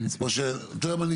או שאתה יודע מה?